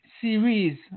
Series